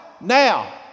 now